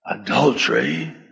Adultery